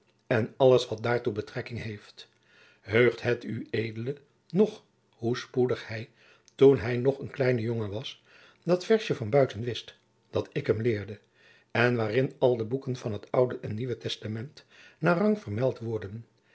en alles wat daartoe betrekking heeft heugt het ued nog hoe spoedig hij toen hij nog een kleine jongen was dat vaersje van buiten wist dat ik hem leerde en waarin al de boeken van het oude en nieuwe testament naar rang vermeld worden